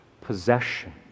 possession